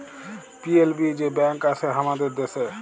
PLB যে bank আসে হামাদের দ্যাশে